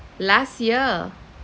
last year